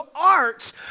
art